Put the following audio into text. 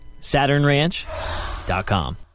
SaturnRanch.com